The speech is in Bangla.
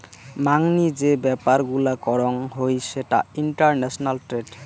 মাংনি যে ব্যাপার গুলা করং হই সেটা ইন্টারন্যাশনাল ট্রেড